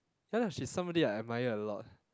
ya lah she's somebody I admire a lot